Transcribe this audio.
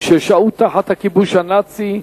ששהו תחת הכיבוש הנאצי,